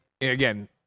again